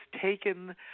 taken